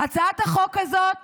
הצעת החוק הזאת